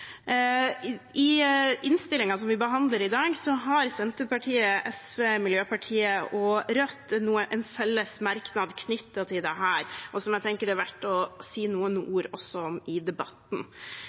I innstillingen som vi behandler i dag, har Senterpartiet, SV, Miljøpartiet De Grønne og Rødt nå en felles merknad knyttet til dette, som jeg tenker det er verdt å si noen